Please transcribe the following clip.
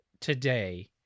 today